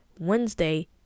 Wednesday